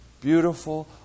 Beautiful